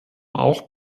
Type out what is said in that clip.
auch